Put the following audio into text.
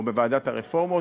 או בוועדת הרפורמות,